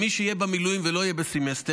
מי שיהיה במילואים ולא יהיה בסמסטר,